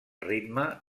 ritme